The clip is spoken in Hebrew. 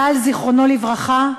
גל, זיכרונו לברכה,